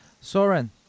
Soren